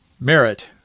Merit